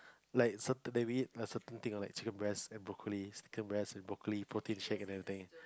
like certain that we eat like certain thing like chicken breast and broccoli chicken breast and broccoli protein shake and everything